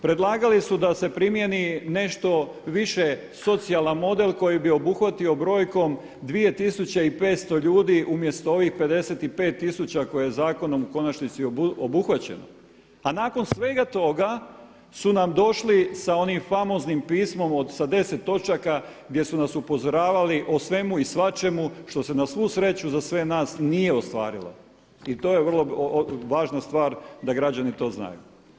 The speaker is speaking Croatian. Predlagali su da se primjeni nešto više socijalan model koji bi obuhvatio brojkom 2500 ljudi umjesto ovih 55 tisuća koje je zakonom u konačnici obuhvaćeno a nakon svega toga su nam došli sa onim famoznim pismom sa deset točaka gdje su nas upozoravali o svemu i svačemu što se na svu sreću za sve nas nije ostvarilo i to je vrlo važna stvar da građani to znaju.